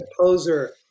poser